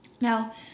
Now